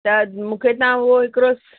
त मूंखे तव्हां उहो हिकिड़ो